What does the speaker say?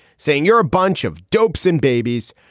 saying you're a bunch of dopes in babies.